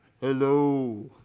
Hello